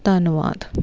ਧੰਨਵਾਦ